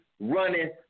running